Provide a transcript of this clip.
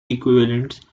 equivalents